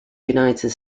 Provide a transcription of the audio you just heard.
united